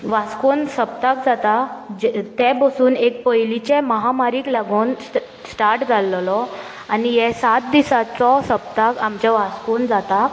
वास्कोन सप्ताक जाता ते बसून एक पयलींचे महामारीक लागून स्टार्ट जाल्लोलो आनी हे सात दिसाचो सप्ताक आमच्या वास्कोन जाता